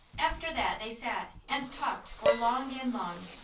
after that they sat and talked for long and long,